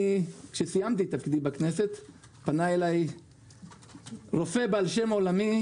כשסיימתי את תפקידי בכנסת פנה אלי רופא בעל שם עולמי